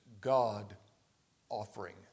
God-offering